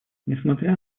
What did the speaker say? несмотря